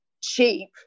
cheap